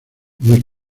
muy